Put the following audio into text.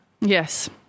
Yes